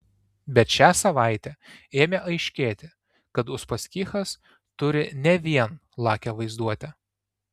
bet šią savaitę ėmė aiškėti kad uspaskichas turi ne vien lakią vaizduotę